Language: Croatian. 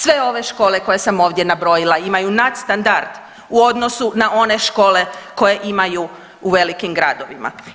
Sve ove škole koje sam ovdje nabrojila imaju nadstandard u odnosu na one škole koje imaju u velikim gradovima.